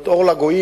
להיות אור לגויים,